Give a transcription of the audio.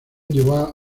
llevó